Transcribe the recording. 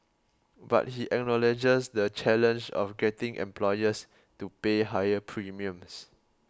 but he acknowledges the challenge of getting employers to pay higher premiums